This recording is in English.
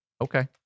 Okay